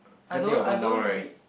can't think of one now right